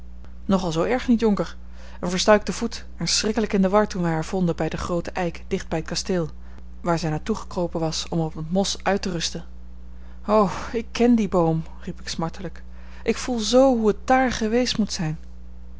zoo erg niet jonker een verstuikte voet en schrikkelijk in de war toen wij haar vonden bij den grooten eik dicht bij t kasteel waar zij naar toe gekropen was om op het mos uit te rusten o ik ken dien boom riep ik smartelijk ik voel zoo hoe het dààr geweest moet zijn